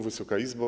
Wysoka Izbo!